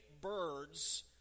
birds